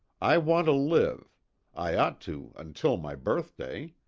i want to live i ought to until my birthday.